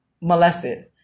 molested